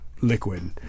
liquid